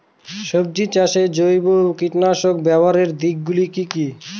সবজি চাষে জৈব কীটনাশক ব্যাবহারের দিক গুলি কি কী?